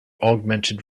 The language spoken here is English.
augmented